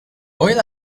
oil